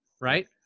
right